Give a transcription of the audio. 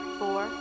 four